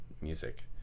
music